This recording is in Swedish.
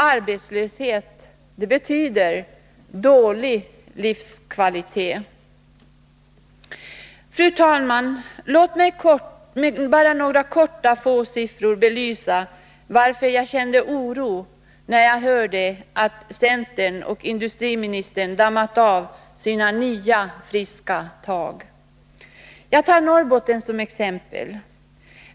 Arbetslöshet betyder dålig livskvalitet. Fru talman! Låt mig bara kort med några få siffror belysa varför jag kände oro när jag hörde att centern och industriministern dammat av sina argument för ”nya friska tag”. Jag tar Norrbotten som exempel.